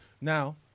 Now